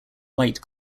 white